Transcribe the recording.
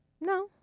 no